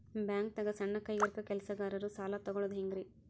ಬ್ಯಾಂಕ್ದಾಗ ಸಣ್ಣ ಕೈಗಾರಿಕಾ ಕೆಲಸಗಾರರು ಸಾಲ ತಗೊಳದ್ ಹೇಂಗ್ರಿ?